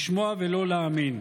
לשמוע ולא להאמין.